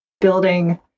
building